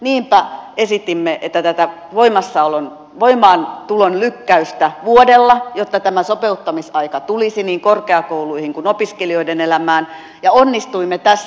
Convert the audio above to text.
niinpä esitimme tätä voimaantulon lykkäystä vuodella jotta tämä sopeuttamisaika tulisi niin korkeakouluihin kuin opiskelijoiden elämään ja onnistuimme tässä